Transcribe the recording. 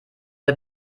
der